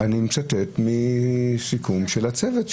אני מצטט מהסיכום של הצוות שהוקם,